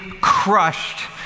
crushed